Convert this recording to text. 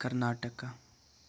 Karnataka